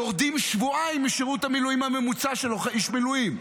יורדים שבועיים משירות המילואים הממוצע של איש מילואים,